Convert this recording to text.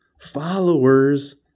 Followers